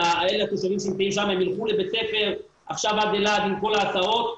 התושבים שיהיו שם ילכו לבית ספר עד אלעד עם כל ההסעות,